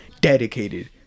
dedicated